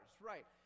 Right